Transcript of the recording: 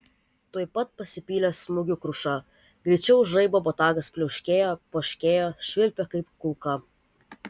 tuoj pat pasipylė smūgių kruša greičiau už žaibą botagas pliauškėjo poškėjo švilpė kaip kulka